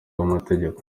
bw’amategeko